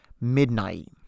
midnight